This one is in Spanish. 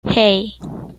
hey